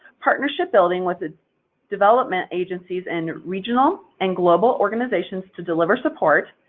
partnership-building with the development agencies, and regional and global organizations to deliver support,